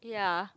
ya